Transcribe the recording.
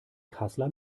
kassler